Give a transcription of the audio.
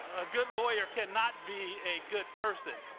a good lawyer cannot be a good person.